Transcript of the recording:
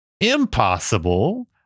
impossible